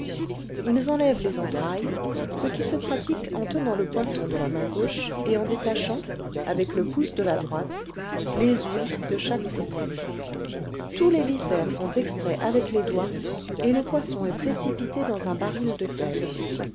ils enlèvent les entrailles ce qui se pratique en tenant le poisson de la main gauche et en détachant avec le pouce de la droite les ouïes de chaque côté tous les viscères sont extraits avec les doigts et le poisson est précipité dans un baril de sel